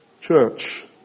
church